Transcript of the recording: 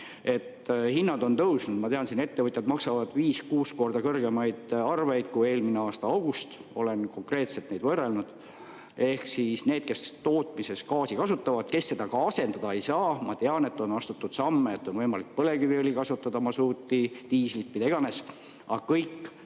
Hinnad on tõusnud, ma tean, ettevõtjad maksavad viis-kuus korda kõrgemaid arveid kui eelmise aasta augustis, olen konkreetselt neid võrrelnud. Ehk siis need, kes tootmises gaasi kasutavad, kes seda ka asendada ei saa, ma tean, et on astutud samme, et on võimalik kasutada põlevkiviõli, masuuti, diislit, mida iganes, aga kõik